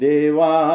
Deva